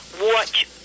watch